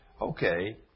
okay